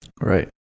Right